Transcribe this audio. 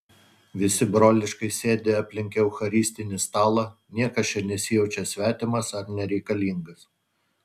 visi broliškai sėdi aplink eucharistinį stalą niekas čia nesijaučia svetimas ar nereikalingas